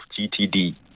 GTD